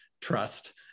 trust